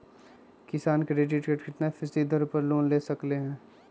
किसान credit card कितना फीसदी दर पर लोन ले सकते हैं?